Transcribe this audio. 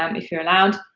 um if you're allowed,